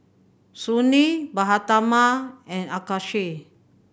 Sunil Mahatma and Akshay